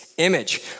image